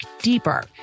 deeper